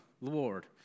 Lord